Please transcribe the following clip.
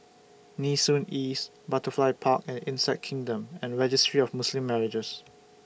Nee Soon East Butterfly Park and Insect Kingdom and Registry of Muslim Marriages